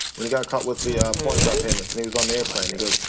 when he got caught with the porn star payments and he was on the airplane, he goes,